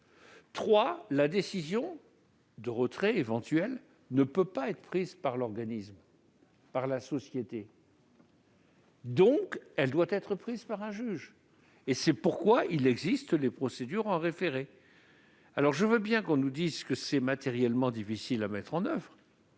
la décision de retrait éventuel ne peut pas être prise par l'organisme ou par la société. Elle doit être prise par un juge. C'est la raison pour laquelle il existe des procédures en référé. Je veux bien que l'on nous dise que c'est matériellement difficile à mettre en oeuvre,